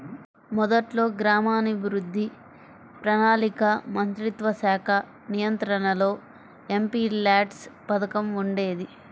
మొదట్లో గ్రామీణాభివృద్ధి, ప్రణాళికా మంత్రిత్వశాఖ నియంత్రణలో ఎంపీల్యాడ్స్ పథకం ఉండేది